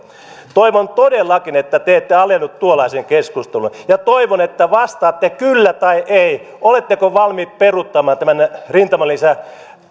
toivon todellakin että te ette alennu tuollaiseen keskusteluun ja toivon että vastaatte kyllä tai ei oletteko valmiit peruuttamaan tämän rintamalisän